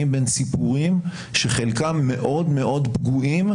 בין סיפורים שחלקם מאוד מאוד פגועים,